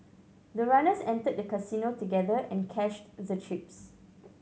the runners entered the casino together and cashed the chips